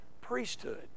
priesthood